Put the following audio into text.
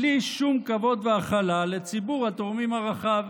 בלי שום כבוד והכלה לציבור התורמים הרחב.